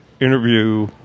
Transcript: Interview